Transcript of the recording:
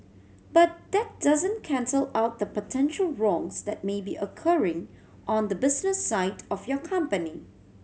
but that doesn't cancel out the potential wrongs that may be occurring on the business side of your company